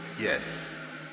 yes